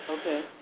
Okay